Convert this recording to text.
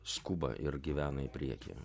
skuba ir gyvena į priekį